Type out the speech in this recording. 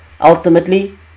Ultimately